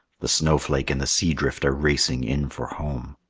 the snowflake and the sea-drift are racing in for home.